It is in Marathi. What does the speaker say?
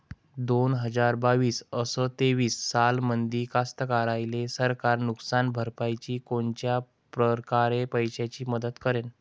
दोन हजार बावीस अस तेवीस सालामंदी कास्तकाराइले सरकार नुकसान भरपाईची कोनच्या परकारे पैशाची मदत करेन?